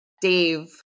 Dave